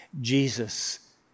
Jesus